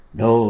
no